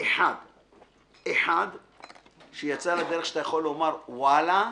אחד שיצא לדרך, שאתה יכול לומר, וואלה,